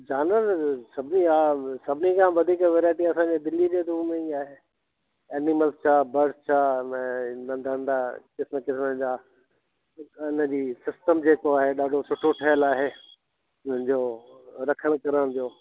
जानवर सभिनि खां सभिनि खां वधीक वैरायटी असांजे दिल्ली जे ज़ू में ई आहे एनिमल्स छा बड्स छा हिनमें त धंधा किस्म किस्म जा हिनजी सिस्टम जेको आहे ॾाढो सुठो ठहियल आहे हुननि जो रखण करण जो